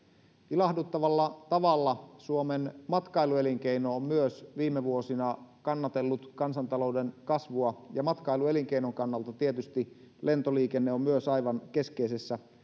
ilahduttavalla tavalla suomen matkailuelinkeino on myös viime vuosina kannatellut kansantalouden kasvua ja matkailuelinkeinon kannalta tietysti lentoliikenne on myös aivan keskeisessä